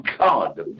God